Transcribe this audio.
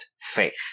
faith